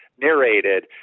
narrated